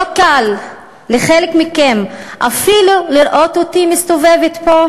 לא קל לחלק מכם אפילו לראות אותי מסתובבת פה,